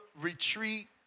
Retreat